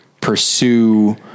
pursue